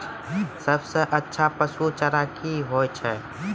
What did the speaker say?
सबसे अच्छा पसु चारा की होय छै?